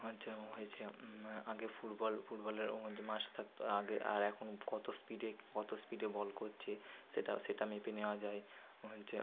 হচ্ছে হয়েছে আগে ফুটবল ফুটবলের ওর মধ্যে মাস থাকতো আগে আর এখন কত স্পিডে কত স্পিডে বল করছে সেটা সেটা মেপে নেওয়া যায় হচ্ছে